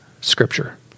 scripture